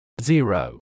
Zero